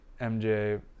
MJ